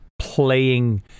playing